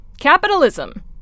Capitalism